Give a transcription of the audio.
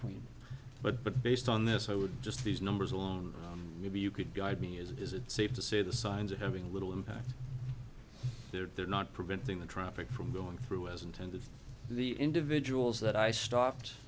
queen but but based on this i would just these numbers on maybe you could guide me is it safe to say the signs of having little impact there they're not preventing the traffic from going through as intended the individuals that i stopped